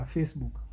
Facebook